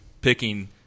picking